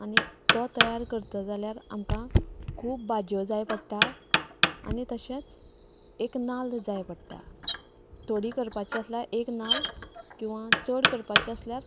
आनी तो तयार करता जाल्यार आमकां खूब भाजयो जाय पडटा आनी तशेंच एक नाल्ल जाय पडटा थोडी करपाची आसल्यार एक नाल्ल किंवां चड करपाचे आसल्यार